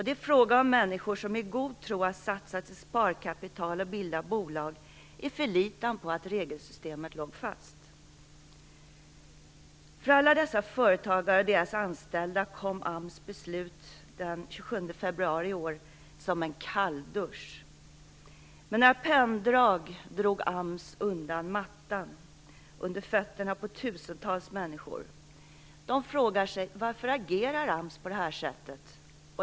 Det är fråga om människor som i god tro har satsat sitt sparkapital för att bilda bolag i förlitan på att regelsystemet låg fast. För alla dessa företagare och deras anställda kom AMS beslut den 27 februari i år som en kall dusch. Med ett enda penndrag drog AMS undan mattan under fötterna på tusentals människor.